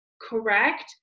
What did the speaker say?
correct